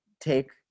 take